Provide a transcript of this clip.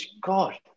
God